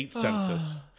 Census